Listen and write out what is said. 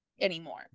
anymore